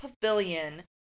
pavilion